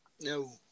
No